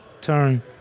turn